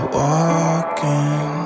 walking